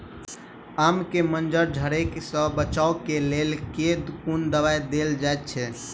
आम केँ मंजर झरके सऽ बचाब केँ लेल केँ कुन दवाई देल जाएँ छैय?